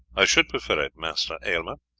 i should prefer it, master aylmer.